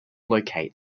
locate